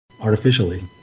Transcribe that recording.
artificially